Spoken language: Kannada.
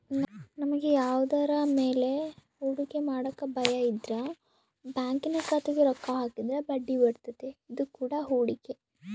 ನಮಗೆ ಯಾವುದರ ಮೇಲೆ ಹೂಡಿಕೆ ಮಾಡಕ ಭಯಯಿದ್ರ ಬ್ಯಾಂಕಿನ ಖಾತೆಗೆ ರೊಕ್ಕ ಹಾಕಿದ್ರ ಬಡ್ಡಿಬರ್ತತೆ, ಇದು ಕೂಡ ಹೂಡಿಕೆ